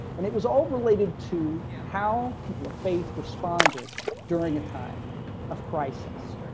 and it was all related to how people of faith responded during a time of crisis.